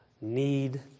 need